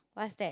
what's that